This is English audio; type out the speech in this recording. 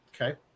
Okay